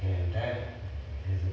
and that is